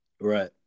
Right